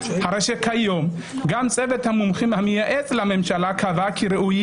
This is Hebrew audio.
הרי שכיום גם צוות המומחים המייעץ לממשלה קבע כי ראוי